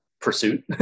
pursuit